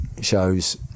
shows